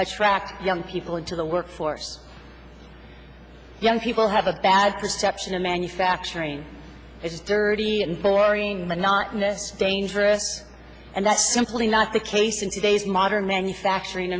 attract young people into the workforce young people have a bad perception of manufacturing is dirty and boring monotonous dangerous and that's simply not the case in today's modern manufacturing